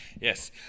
Yes